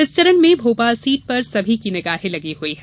इस चरण में भोपाल सीट पर सभी की निगाहें लगी हुई हैं